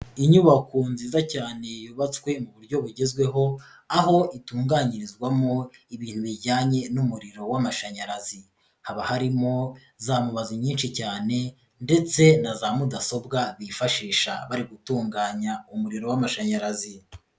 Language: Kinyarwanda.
Inyubako nziza cyane yubatswe mu buryo bugezweho, aho itunganyirizwamo ibintu bijyanye n'umuriro w'amashanyarazi. Haba harimo za mubazi nyinshi cyane ndetse na za mudasobwa bifashisha bari gutunganya umuriro w'amashanyarazi.